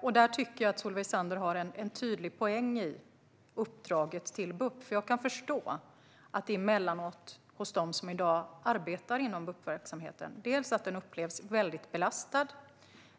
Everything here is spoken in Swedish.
Jag tycker att Solveig Zander har en tydlig poäng i fråga om uppdraget till BUP, för jag kan förstå att de som i dag arbetar inom BUP-verksamheten dels upplever den som väldigt belastad,